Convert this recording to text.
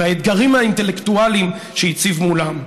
והאתגרים האינטלקטואליים שהציב מולם.